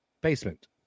basement